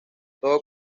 todo